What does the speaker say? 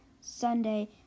Sunday